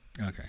Okay